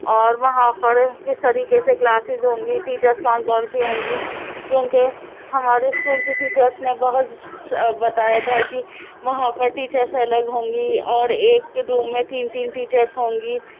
اور وہاں پر کس طریقے سے کلاسز ہوں گی ٹیچرس کون کون سی ہوں گی کیونکہ ہمارے اسکول کی ٹیچرس نے بہت بتایا تھا کہ وہاں پر ٹیچرس الگ ہوں گی اور ایک روم میں تین تین ٹیچرس ہوں گی